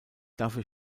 dafür